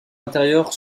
intérieurs